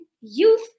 youth